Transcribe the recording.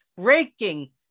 Breaking